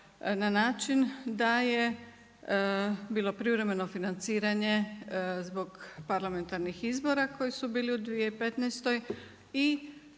na način da je bilo privremeno financiranje zbog parlamentarnih izbora koji su bili u 2015.